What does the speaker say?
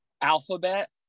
alphabet